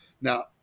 now